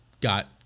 got